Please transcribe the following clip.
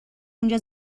اونجا